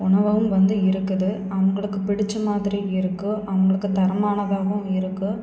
உணவும் வந்து இருக்குது அவங்களுக்கு பிடித்த மாதிரி இருக்கும் அவங்களுக்கு தரமானதாகவும் இருக்கும்